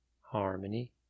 harmony